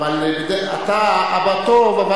אבל אתה אבא טוב.